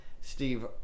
Steve